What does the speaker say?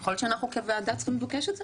יכול להיות שאנחנו כוועדה צריכים לבקש את זה.